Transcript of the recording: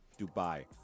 Dubai